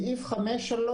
סעיף 5(3)